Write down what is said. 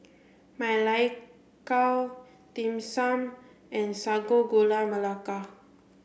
Ma Lai Gao Dim Sum and Sago Gula Melaka